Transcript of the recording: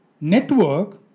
network